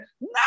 No